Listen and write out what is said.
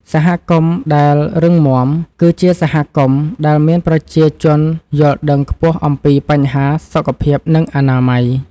សហគមន៍ដែលរឹងមាំ គឺជាសហគមន៍ដែលមានប្រជាជនយល់ដឹងខ្ពស់អំពីបញ្ហាសុខភាព និងអនាម័យ។